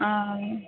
અ